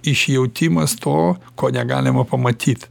iš jautimas to ko negalima pamatyt